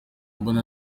mbona